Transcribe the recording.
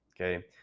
Okay